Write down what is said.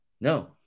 No